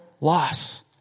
loss